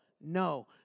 no